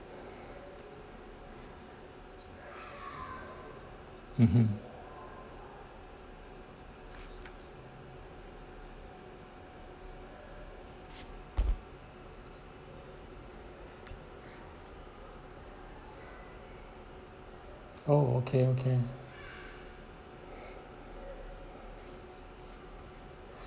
mmhmm !ow! okay okay